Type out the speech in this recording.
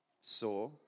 saw